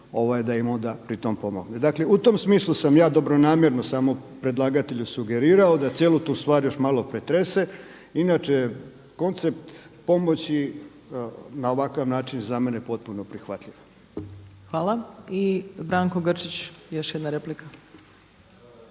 stan da im onda pri tome pomogne. Dakle u tom smislu sam ja dobronamjerno samo predlagatelju sugerirao da cijelu tu stvar još malo pretrese. Inače koncept pomoći na ovakav način za mene je potpuno prihvatljiv. **Opačić, Milanka (SDP)** Hvala. I Branko Grčić, još jedna replika.